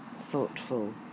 thoughtful